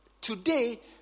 today